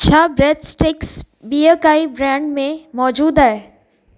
छा bread sticks ॿिए काई ब्रैंड में मौजूदु आहे